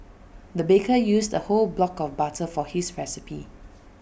the baker used A whole block of butter for his recipe